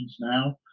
now